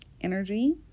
energy